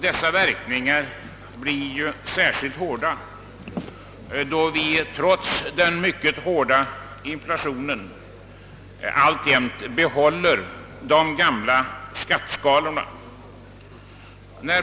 Dessa verkningar blir särskilt hårda då vi trots den mycket starka inflationen alltjämt behåller de gamla skatteskalorna.